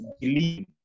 believe